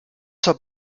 zur